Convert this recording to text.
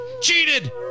cheated